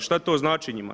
Šta to znači njima?